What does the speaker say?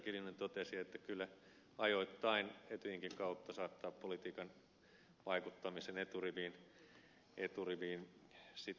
kiljunen totesi että kyllä ajoittain saattavat politiikan vaikuttamisen eturiviin etyjinkin kautta tietyt toimenpiteet johtaa